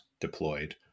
deployed